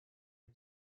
are